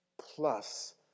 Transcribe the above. plus